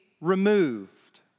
removed